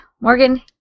Morgan